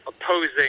opposing